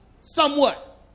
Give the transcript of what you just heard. somewhat